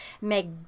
make